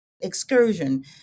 excursion